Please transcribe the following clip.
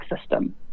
system